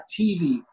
TV